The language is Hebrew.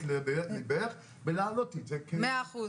לוקחת את זה לתשומת לבך להעלות את זה --- מאה אחוז,